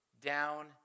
down